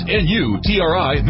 n-u-t-r-i